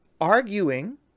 arguing